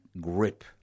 grip